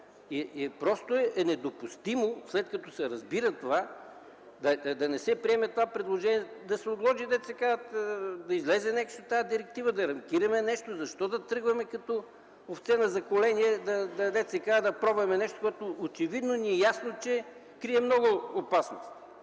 в България. Недопустимо е след като се разбира това, да не се приеме това предложение да се отложи, да излезе тази директива, да рамкираме нещо. Защо да тръгваме като овце на заколение, да пробваме нещо, което очевидно ни е ясно, че крие много опасности?